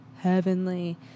heavenly